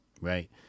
right